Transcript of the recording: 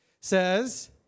says